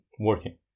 working